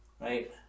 right